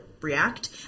react